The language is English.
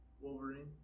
Wolverine